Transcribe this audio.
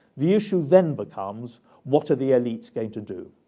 the issue then becomes what are the elites going to do?